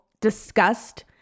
discussed